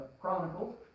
Chronicles